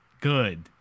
good